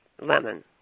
lemon